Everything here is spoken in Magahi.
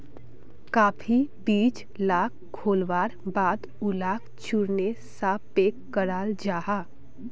काफी बीज लाक घोल्वार बाद उलाक चुर्नेर सा पैक कराल जाहा